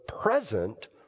present